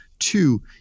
two